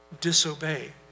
disobey